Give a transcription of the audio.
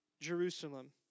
Jerusalem